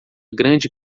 grande